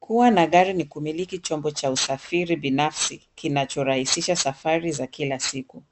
Kuwa na gari ni kumiliki chombo cha usafiri binafsi, kinachorahisisha safari za kila siku.